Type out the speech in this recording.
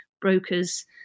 brokers